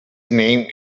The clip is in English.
name